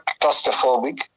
claustrophobic